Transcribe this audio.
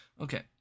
Okay